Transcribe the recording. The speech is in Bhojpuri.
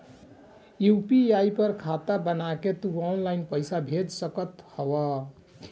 यू.पी.आई पर खाता बना के तू ऑनलाइन पईसा भेज सकत हवअ